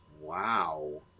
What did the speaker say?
Wow